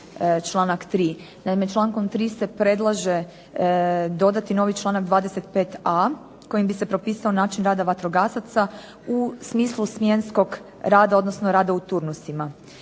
člankom 3. se predlaže dodati novi članak 25.a kojim bi se propisao način rada vatrogasaca u smislu smjenskog rada odnosno rada u turnusima.